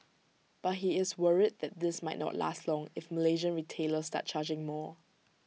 but he is worried that this might not last long if Malaysian retailers start charging more